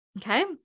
Okay